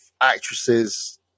actresses